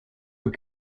were